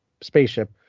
spaceship